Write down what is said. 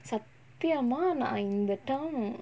சத்தியமா நா இந்த:sathiyamaa naa intha term